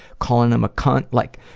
calling him a cunt. like